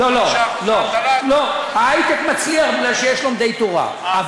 לא, לא, ההיי-טק מצליח בגלל שיש לומדי תורה.